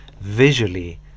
visually